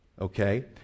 Okay